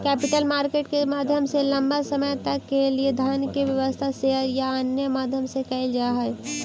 capital market के माध्यम से लंबा समय तक के लिए धन के व्यवस्था शेयर या अन्य माध्यम से कैल जा हई